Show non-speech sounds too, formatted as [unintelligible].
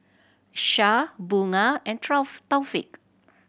Syah Bunga and [unintelligible] Taufik